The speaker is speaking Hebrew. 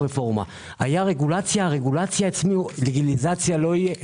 הרגולציה דה לגליזציה לא יהיה.